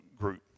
group